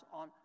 on